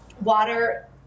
Water